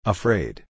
Afraid